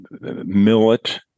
millet